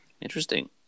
Interesting